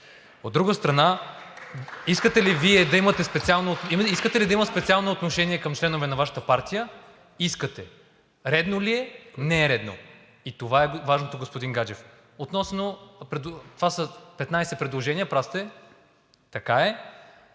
От друга страна, искате ли да има специално отношение към членове на Вашата партия? Искате. Редно ли е? Не е редно. И това е важното, господин Гаджев. Това са 15 предложения, прав сте, така е.